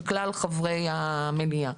של כלל חברי המליאה,